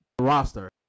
roster